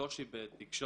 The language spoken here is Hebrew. קושי בתקשורת.